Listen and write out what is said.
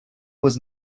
was